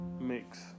Mix